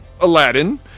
Aladdin